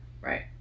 right